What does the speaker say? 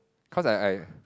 cause I I